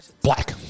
Black